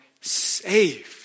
saved